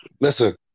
Listen